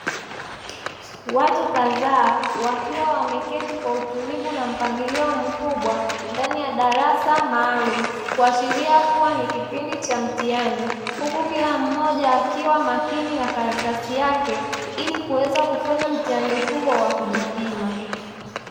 Watu kadhaa wakiwa wameketi kwa utulivu na mpangilio mkubwa, ndani ya darasa maalumu; kuashiria kuwa ni kipindi cha mtihani huku kila mmoja akiwa makini na karatasi yake, ili kuweza kufanya mtihani huo wa kujipima.